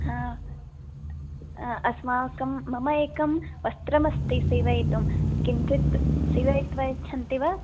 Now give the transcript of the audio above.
हा अस्माकं मम एकं वस्त्रमस्ति सीवयितुं किञ्चित् सीवयित्वा यच्छन्ति वा